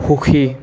সুখী